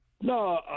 no